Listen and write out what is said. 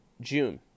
June